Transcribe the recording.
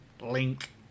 Link